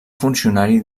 funcionari